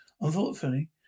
Unfortunately